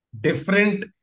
different